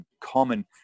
common